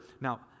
Now